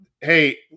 Hey